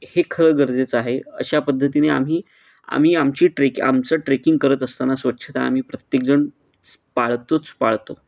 हे खरं गरजेचं आहे अशा पद्धतीने आम्ही आम्ही आमची ट्रेक आमचं ट्रेकिंग करत असताना स्वच्छता आम्ही प्रत्येकजण पाळतोच पाळतो